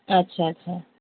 ଆଚ୍ଛା ଆଚ୍ଛା